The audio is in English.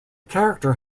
character